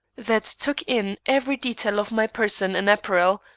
that took in every detail of my person and apparel,